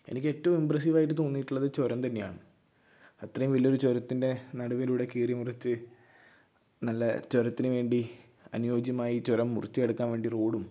എനിക്കേറ്റവും ഇംപ്രസ്സീവായിട്ട് തോന്നിയിട്ടുള്ളത് ചുരം തന്നെയാണ് അത്രയും വലിയൊരു ചുരത്തിന്റെ നടുവിലൂടെ കീറി മുറിച്ച് നല്ല ചുരത്തിനു വേണ്ടി അനുയോജ്യമായി ചുരം മുറിച്ച് കടക്കാൻ വേണ്ടി റോഡും